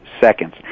seconds